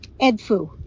edfu